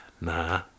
nah